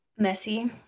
Messy